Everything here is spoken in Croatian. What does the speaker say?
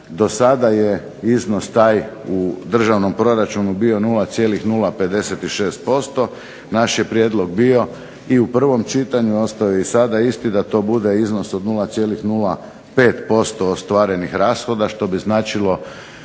Do sada je iznos taj u Državnom proračunu bio 0,065%, naš prijedlog je bio i u prvom čitanju, ostaje i sada isti, da to bude iznos od 0,05% ostvarenih rashoda što bi značilo